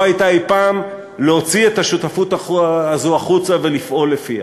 הייתה אי-פעם להוציא את השותפות הזאת החוצה ולפעול לפיה.